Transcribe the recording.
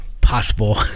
possible